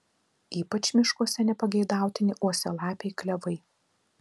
ypač miškuose nepageidautini uosialapiai klevai